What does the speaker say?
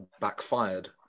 backfired